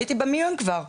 הייתי במיון כבר.